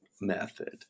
method